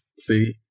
See